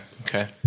Okay